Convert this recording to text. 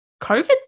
COVID